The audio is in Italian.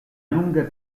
lunga